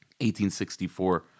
1864